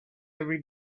every